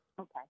Okay